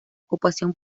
ocupación